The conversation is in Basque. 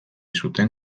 zuten